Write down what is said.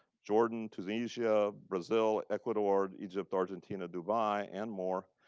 jordan, tunisia, brazil, ecuador, egypt, argentina, dubai, and more.